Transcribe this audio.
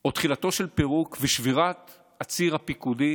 או תחילתו של פירוק ושבירת הציר הפיקודי